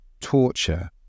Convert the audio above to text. torture